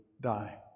die